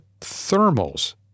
thermals